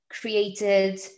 created